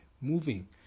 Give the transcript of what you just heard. moving